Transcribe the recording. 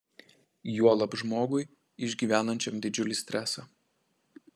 juolab žmogui išgyvenančiam didžiulį stresą